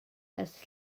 ers